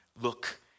Look